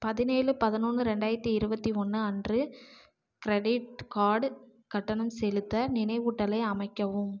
பதினேழு பதினொன்று ரெண்டாயிரத்தி இருபத்தி ஒன்று அன்று க்ரெடிட் கார்டு கட்டணம் செலுத்த நினைவூட்டலை அமைக்கவும்